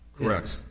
Correct